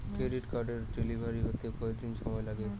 Credit কার্ডের delivery হতে কতদিন সময় লাগে?